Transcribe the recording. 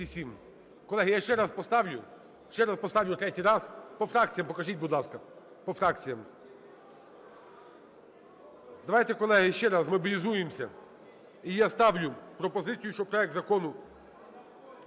поставлю. Ще раз поставлю, третій раз. По фракціям, покажіть. будь ласка. По фракціям. Давайте, колеги, ще раз змоблізуємося. І я ставлю пропозицію, щоб проект Закону